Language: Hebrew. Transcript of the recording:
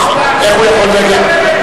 כבוד השר איתן,